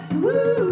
Woo